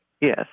Yes